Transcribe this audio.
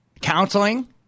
Counseling